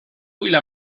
إلى